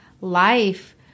life